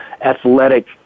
athletic